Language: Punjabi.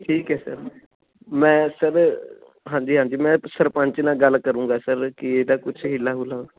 ਠੀਕ ਹੈ ਸਰ ਮੈਂ ਸਰ ਹਾਂਜੀ ਹਾਂਜੀ ਮੈਂ ਸਰਪੰਚ ਨਾਲ਼ ਗੱਲ ਕਰੂੰਗਾ ਸਰ ਕਿ ਇਹਦਾ ਕੁਛ ਹੀਲਾ ਹੂਲਾ